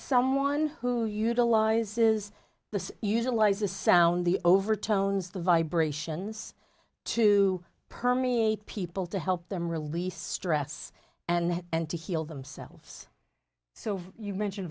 someone who utilizes the use ally's the sound the overtones the vibrations to permeate people to help them release stress and to heal themselves so you mentioned